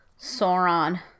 sauron